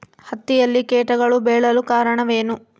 ಹತ್ತಿಯಲ್ಲಿ ಕೇಟಗಳು ಬೇಳಲು ಕಾರಣವೇನು?